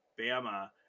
Bama